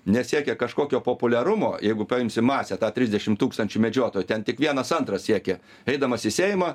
nesiekia kažkokio populiarumo jeigu paimsim masę tą trisdešim tūkstančių medžiotojų ten tik vienas antras siekia eidamas į seimą